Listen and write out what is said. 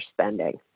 spending